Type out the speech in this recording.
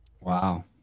Wow